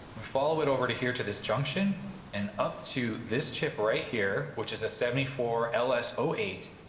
we follow it over to here to this junction and up to this chip right here which is a seven four l s zero so eight.